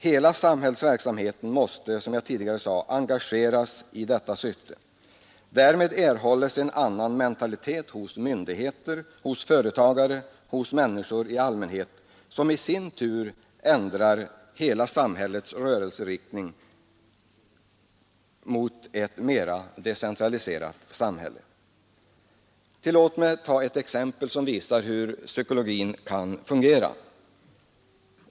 Hela samhällsverksamheten måste engageras i detta syfte. Därmed erhålls en annan mentalitet hos myndigheter, hos företagare, hos människor i allmänhet — som i sin tur ändrar hela samhällets rörelseriktning mot ett mer decentraliserat samhälle. Tillåt mig ta ett exempel som visar hur psykologin kan fungera.